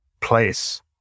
place